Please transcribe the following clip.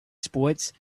sports